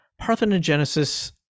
Parthenogenesis